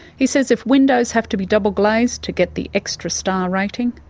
he says if windows have to be double-glazed to get the extra star rating,